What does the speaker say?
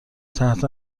تحت